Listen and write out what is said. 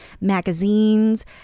magazines